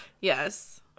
Yes